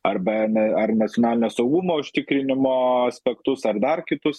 arba ne ar nacionalinio saugumo užtikrinimo aspektus ar dar kitus